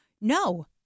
No